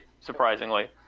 surprisingly